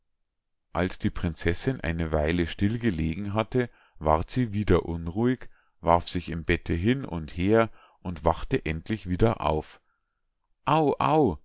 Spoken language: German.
als die prinzessinn eine weile still gelegen hatte ward sie wieder unruhig warf sich im bette hin und her und wachte endlich wieder auf